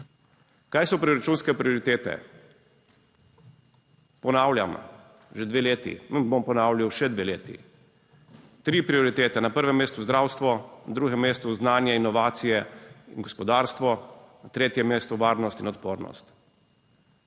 Kaj so proračunske prioritete? Ponavljam že dve leti, bom ponavljal še dve leti, tri prioritete: na prvem mestu zdravstvo, na drugem mestu znanje, inovacije in gospodarstvo, na tretjem mestu varnost in odpornost.